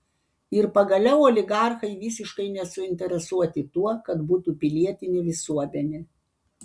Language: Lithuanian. ir pagaliau oligarchai visiškai nesuinteresuoti tuo kad būtų pilietinė visuomenė